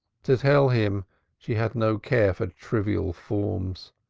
to tell him she had no care for trivial forms.